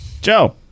Joe